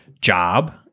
job